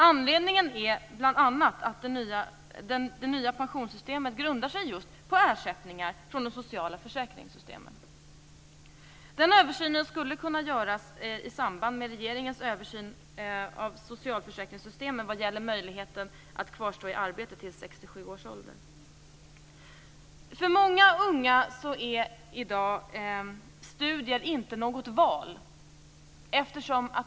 Anledning är bl.a. att det nya pensionssystemet grundar sig just på ersättningar från de sociala försäkringssystemen. Den översynen skulle kunna göras i samband med regeringens översyn av socialförsäkringssystemen vad gäller möjligheten att kvarstå i arbete till 67 års ålder. För många unga är studier inte något val i dag.